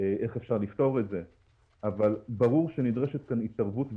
איך אפשר לפתור את זה אבל ברור שנדרשים כאן התערבות וטיפול.